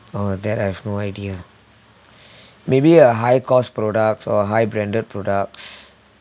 oh that I've no idea maybe a high cost products or high branded products